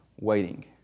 waiting